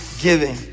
giving